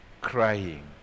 crying